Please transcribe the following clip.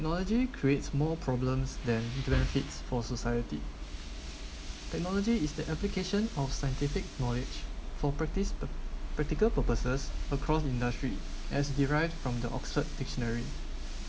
technology creates more problems than benefit for society technology is the application of scientific knowledge for practice p~ practical purposes across industry as derived from the oxford dictionary